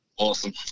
Awesome